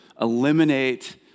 eliminate